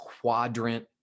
quadrant